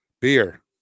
Beer